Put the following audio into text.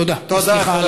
תודה, וסליחה על הצחוק.